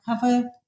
cover